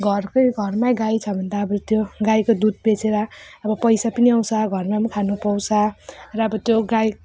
घरकै घरमै गाई छ भने त अब त्यो गाईको दुध बेचेर अब पैसा पनि आउँछ घरमा पनि खानुपाउँछ र अब त्यो गाई